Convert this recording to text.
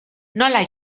nola